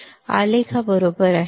आलेख हा आलेख बरोबर आहे